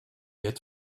get